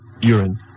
urine